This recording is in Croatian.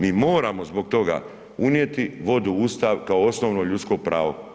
Mi moramo zbog toga unijeti vodu u Ustav kao osnovno ljudsko pravo.